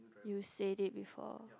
you said it before